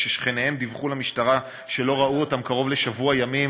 שכששכניהם דיווחו למשטרה שלא ראו אותם קרוב לשבוע ימים,